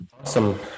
Awesome